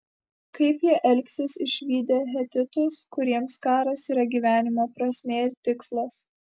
kaip jie elgsis išvydę hetitus kuriems karas yra gyvenimo prasmė ir tikslas